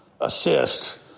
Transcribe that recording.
assist